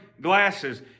glasses